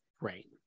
right